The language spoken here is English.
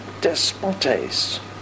despotes